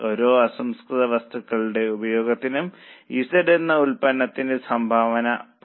ഓരോ അസംസ്കൃത വസ്തുക്കളുടെ ഉപഭോഗത്തിനും Z എന്ന ഉൽപ്പന്നത്തിന്റെ സംഭാവന 0